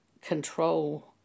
control